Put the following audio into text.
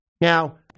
Now